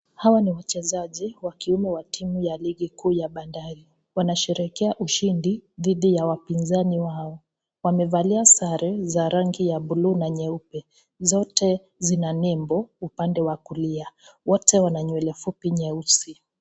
Hawa ni wachezaji wa kiume wa timu ya ligi kuu ya Bandari. Wanasherehekea ushindi dhidi ya wapinzani wao. Wamevalia sare za rangi ya buluu na nyeupe, zote zina nembo upande wa kulia. Wote wana nywele fupi nyeusi.